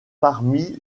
parmi